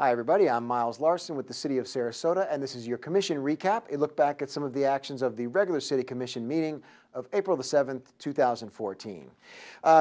hi everybody i'm miles larson with the city of sarasota and this is your commission recap a look back at some of the actions of the regular city commission meeting of april the seventh two thousand and fourteen